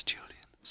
Julian